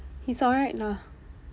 he's right lah